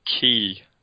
key